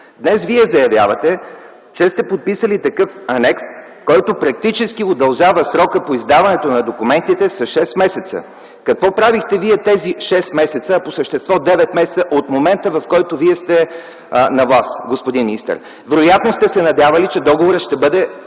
Днес Вие заявявате, че сте подписали такъв анекс, който практически удължава срока по издаването на документите с шест месеца. Какво правихте Вие тези шест месеца, а по същество девет месеца от момента, в който Вие сте на власт, господин министър? Вероятно сте се надявали, че договорът ще бъде